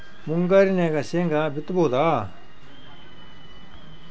ಮುಂಗಾರಿನಾಗ ಶೇಂಗಾ ಬಿತ್ತಬಹುದಾ?